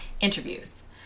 interviews